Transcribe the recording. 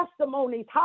testimonies